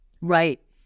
Right